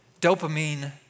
Dopamine